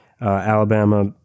Alabama